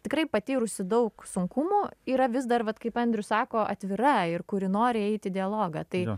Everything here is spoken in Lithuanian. tikrai patyrusi daug sunkumų yra vis dar vat kaip andrew sako atvira ir kuri nori eit į dialogą tai